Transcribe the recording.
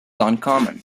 uncommon